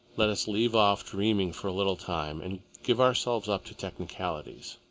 let us leave off dreaming for a little time and give ourselves up to technicalities.